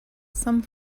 some